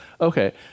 Okay